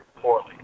poorly